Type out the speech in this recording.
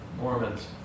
Mormons